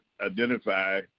identify